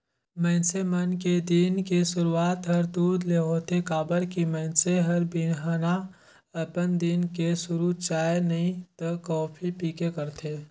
मइनसे मन के दिन के सुरूआत हर दूद ले होथे काबर की मइनसे हर बिहनहा अपन दिन के सुरू चाय नइ त कॉफी पीके करथे